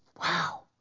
Wow